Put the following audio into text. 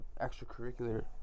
Extracurricular